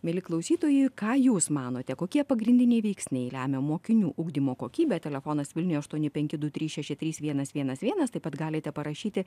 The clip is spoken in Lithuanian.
mieli klausytojai ką jūs manote kokie pagrindiniai veiksniai lemia mokinių ugdymo kokybę telefonas vilniuje aštuoni penki du trys šeši trys vienas vienas vienas taip pat galite parašyti